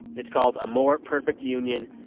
it's called a more perfect union.